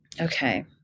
Okay